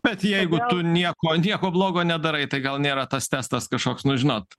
bet jeigu tu nieko nieko blogo nedarai tai gal nėra tas testas kažkoks nu žinot